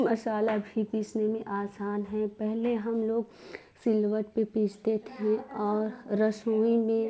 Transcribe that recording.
मसाला भी पीसने आसान हैं पहले हम लोग सिलवट पर पिसते थें और रसोई में